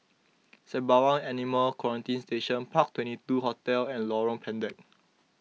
Sembawang Animal Quarantine Station Park Twenty two Hotel and Lorong Pendek